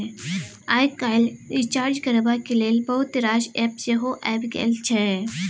आइ काल्हि रिचार्ज करबाक लेल बहुत रास एप्प सेहो आबि गेल छै